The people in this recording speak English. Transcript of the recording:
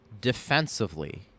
defensively